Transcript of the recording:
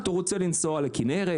הוא רוצה לנסוע לכנרת,